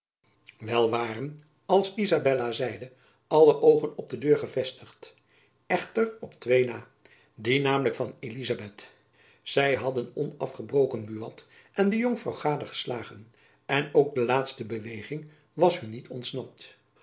wel waren als izabella zeide alle oogen op de deur gevestigd echter op twee na die namelijk van elizabeth zy hadden onafgebroken buat en de jonkvrouw gadegeslagen en ook de laatste beweging was hun niet ontsnapt